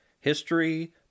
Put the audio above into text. History